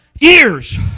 years